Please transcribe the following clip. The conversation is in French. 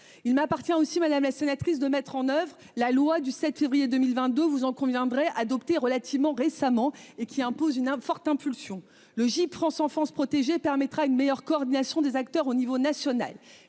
il m'appartient aussi, madame la sénatrice, de mettre en oeuvre la loi du 7 février 2022, vous en conviendrez adopté relativement récemment et qui impose une forte impulsion le GIP France Enfance protégée permettra une meilleure coordination des acteurs au niveau national